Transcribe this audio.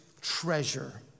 treasure